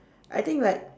I think like